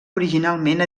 originalment